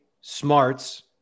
smarts